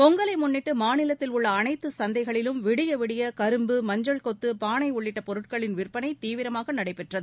பொங்கலை முன்னிட்டு மாநிலத்தில் உள்ள அனைத்து சந்தைகளிலும் விடியவிடிய கரும்பு மஞ்சள் கொத்து பானை உள்ளிட்ட பொருட்களின் விற்பனை தீவிரமாக நடைபெற்றது